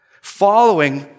Following